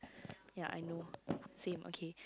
ya I know same okay